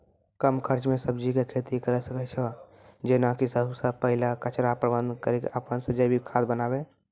कम खर्च मे सब्जी के खेती करै सकै छौ जेना कि सबसे पहिले कचरा प्रबंधन कड़ी के अपन से जैविक खाद बनाबे?